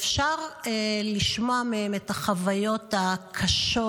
אפשר לשמוע מהם את החוויות הקשות,